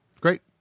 Great